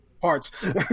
parts